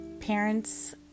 parents